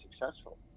successful